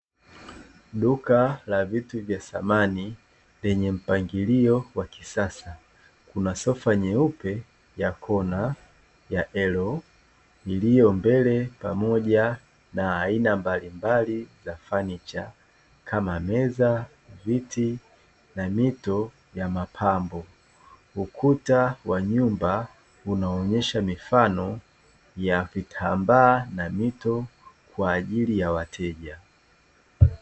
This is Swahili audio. Duka la vitu vya samani lenye mpangilio wa kisasa kuna sofa nyeupe ya kona ya "L" iliyo mbele pamoja na aina mbalimbali za fanicha kama meza, viti na mito ya mapambo, ukuta wa nyumba unaonyesha mifano ya vitambaa na mito kwa ajili ya wateja.